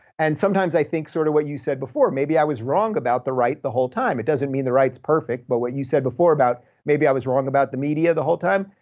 and sometimes i think sort of what you said before. maybe i was wrong about the right the whole time. it doesn't mean the right's perfect, but what you said before about maybe i was wrong about the media the whole time,